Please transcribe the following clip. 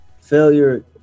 failure